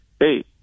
hey